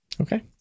Okay